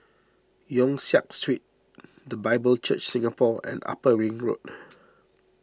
Yong Siak Street the Bible Church Singapore and Upper Ring Road